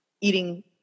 eating